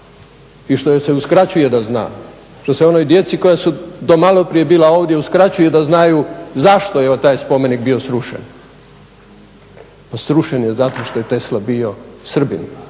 i što joj se uskraćuje da zna, što su onoj djeci koja su do malo prije bila ovdje uskraćuje da znaju zašto je taj spomenik bio srušen. Srušen je zato što je Tesla bio Srbin